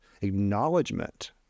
acknowledgement